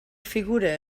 figure